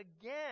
again